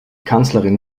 kanzlerin